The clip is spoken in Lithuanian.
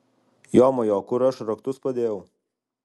jomajo kur aš raktus padėjau